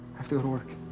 have to go to work.